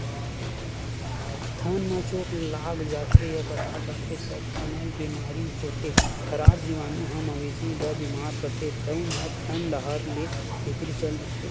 थन म चोट लाग जाथे या कटा जाथे त थनैल बेमारी होथे, खराब जीवानु ह मवेशी ल बेमार करथे तउन ह थन डाहर ले भीतरी चल देथे